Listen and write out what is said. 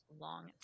long